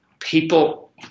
people